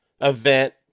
event